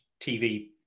TV